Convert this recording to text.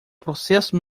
processo